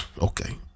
Okay